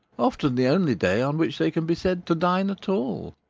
often the only day on which they can be said to dine at all,